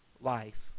life